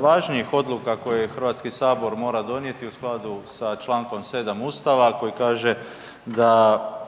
važnijih odluka koju HS mora donijeti u skladu sa čl. 7. ustava koji kaže da